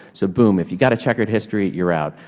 so, boom, if you've got a checkered history, you're out.